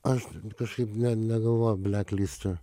aš kažkaip ne negalvoju bleklisto